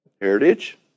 Heritage